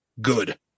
good